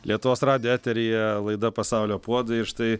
lietuvos radijo eteryje laida pasaulio puodai ir štai